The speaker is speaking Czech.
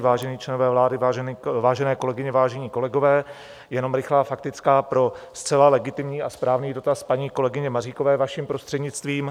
Vážení členové vlády, vážené kolegyně, vážení kolegové, jenom rychlá faktická pro zcela legitimní a správný dotaz paní kolegyně Maříkové, vaším prostřednictvím.